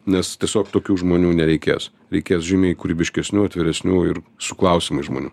nes tiesiog tokių žmonių nereikės reikės žymiai kūrybiškesnių atviresnių ir su klausimais žmonių